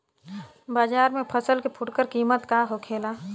बाजार में फसल के फुटकर कीमत का होखेला?